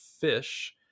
fish